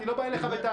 אני לא בא אליך בטענה,